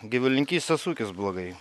gyvulininkystės ūkis blogai